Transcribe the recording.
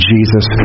Jesus